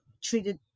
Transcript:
treated